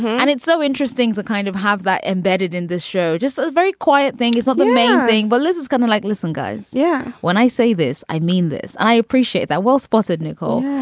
and it's so interesting to kind of have that embedded in this show. just a very quiet thing is not the main thing. but liz is gonna like. listen, guys. yeah. when i say this, i mean this. i appreciate appreciate that. well, sponsered nicole,